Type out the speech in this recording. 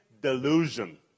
Delusion